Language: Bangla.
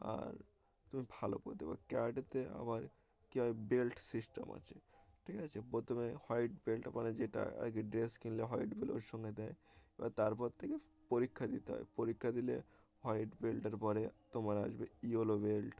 আর তুমি ভালো করতে বা ক্যারাটেতে আার কী হয় বেল্ট সিস্টেম আছে ঠিক আছে প্রথমে হোয়াইট বেল্ট মানে যেটা আর কি ড্রেস কিনলে হোয়াইট বেল্টের সঙ্গে দেয় এবার তারপর থেকে পরীক্ষা দিতে হয় পরীক্ষা দিলে হোয়াইট বেল্টের পরে তোমার আসবে ইয়েলো বেল্ট